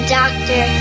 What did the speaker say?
doctor